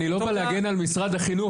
אני לא בא להגן על משרד החינוך,